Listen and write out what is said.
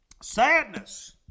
sadness